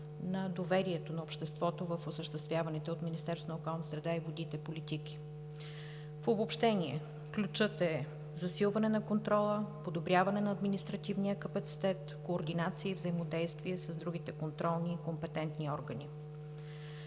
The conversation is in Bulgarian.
на доверието на обществото в осъществяваните политики от Министерството на околната среда и водите. В обобщение – ключът е засилване на контрола, подобряване на административния капацитет, координация и взаимодействие с другите контролни и компетентни органи.